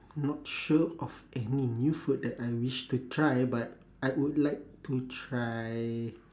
not sure of any new food that I wish to try but I would like to try